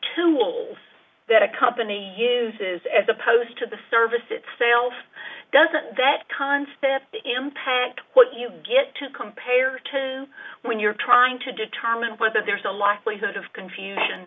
will that a company uses as opposed to the service itself doesn't that constant impact what you get to compare to when you're trying to determine whether there's a lot of confusion